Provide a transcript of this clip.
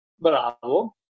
Bravo